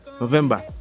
november